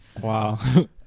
wow